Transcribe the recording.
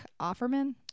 Offerman